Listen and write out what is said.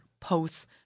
Post's